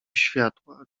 światła